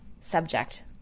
subject